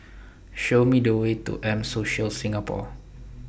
Show Me The Way to M Social Singapore